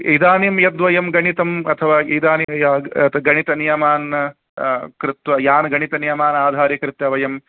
इदानीं यद्वयं गणितम् अथवा इदानीं यान् गणितनियमान् कृत्वा यानगणितनियमान् आधारीकृत्य वयं